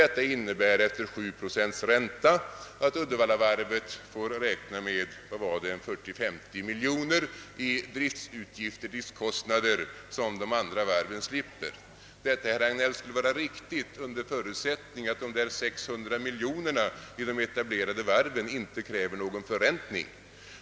Det skulle innebära att Uddevallavarvet efter 7 procents ränta får räkna med 40 å 50 miljoner kronor i räntekostnader som de andra varven slipper. Detta skulle, herr Hagnell, vara riktigt under förutsättning att skillnaden på 600 miljoner i det etablerade varvet inte kräver någon förräntning.